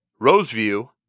Roseview